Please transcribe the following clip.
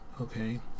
Okay